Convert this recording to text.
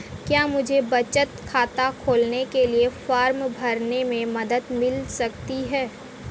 क्या मुझे बचत खाता खोलने के लिए फॉर्म भरने में मदद मिल सकती है?